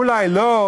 אולי לא,